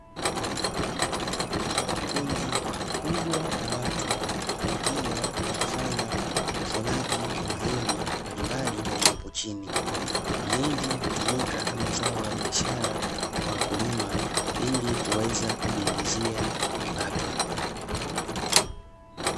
Kundi kubwa la watu wakiwa wanafanya uvunaji wa mahindi mbalimbali yaliyopo chini, mahindi hutumika kama zao la biashara kwa kulima ili kuweza kujiingizia kipato.